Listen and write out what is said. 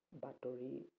বাতৰি